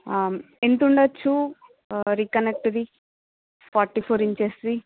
ఆ ఎంతుండొచ్చు reconnect the forty four inches the